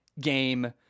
game